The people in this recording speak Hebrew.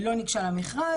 לא ניגשה למכרז.